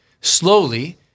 slowly